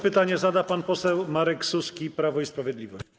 Pytanie zada pan poseł Marek Suski, Prawo i Sprawiedliwość.